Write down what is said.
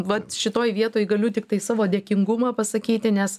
vat šitoj vietoj galiu tiktai savo dėkingumą pasakyti nes